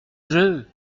jeu